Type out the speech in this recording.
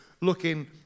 looking